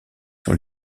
sur